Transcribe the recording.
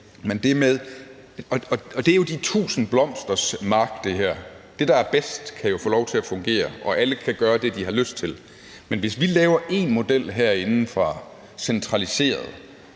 her er jo de tusind blomsters mark; det, der er bedst, kan jo få lov til at fungere, og alle kan gøre det, de har lyst til. Men hvis vi herindefra laver én model, som er centraliseret,